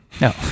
No